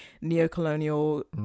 neo-colonial